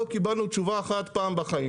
לא קיבלנו תשובה אחת בחיים.